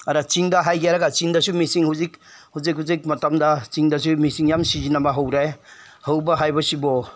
ꯑꯗ ꯆꯤꯡꯗ ꯍꯥꯏꯒꯦ ꯍꯥꯏꯔꯒ ꯆꯤꯡꯗꯁꯨ ꯃꯦꯆꯤꯟ ꯍꯧꯖꯤꯛ ꯍꯧꯖꯤꯛ ꯍꯧꯖꯤꯛ ꯃꯇꯝꯗ ꯆꯤꯡꯗꯁꯨ ꯃꯦꯆꯤꯟ ꯌꯥꯝ ꯁꯤꯖꯤꯟꯅꯕ ꯍꯧꯔꯦ ꯍꯧꯕ ꯍꯥꯏꯕꯁꯤꯕꯨ